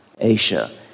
Asia